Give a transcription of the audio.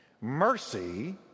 mercy